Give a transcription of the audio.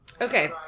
okay